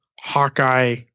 Hawkeye